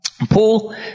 Paul